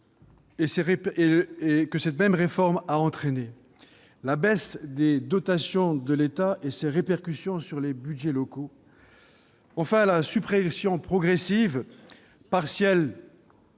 que cette même réforme a entraînés ; la baisse des dotations de l'État et ses répercussions sur les budgets locaux ; enfin, la suppression progressive, partielle